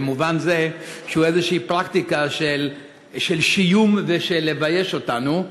במובן זה שהוא איזו פרקטיקה של שיום ושל לבייש אותנו,